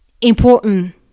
important